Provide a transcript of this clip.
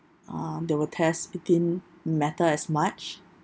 um there were tests it didn't matter as much